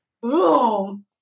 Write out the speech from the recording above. Boom